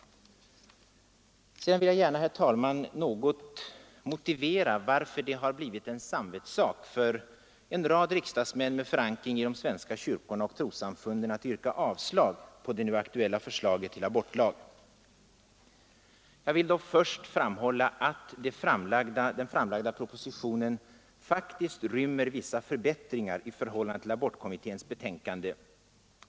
Sedan vill jag något motivera varför det blivit en samvetssak för en rad riksdagsmän med förankring i de svenska kyrkorna och trossamfunden att yrka avslag på det nu aktuella förslaget till abortlag. Jag vill då först framhålla att den framlagda propositionen faktiskt rymmer vissa förbättringar i förhållande till abortkommitténs betänkande.